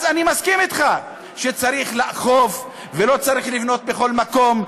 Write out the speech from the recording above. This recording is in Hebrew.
אז אני מסכים אתך שצריך לאכוף ולא צריך לבנות בכל מקום,